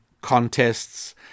contests